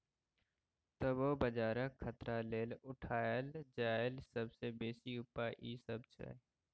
तबो बजारक खतरा लेल उठायल जाईल सबसे बेसी उपाय ई सब छै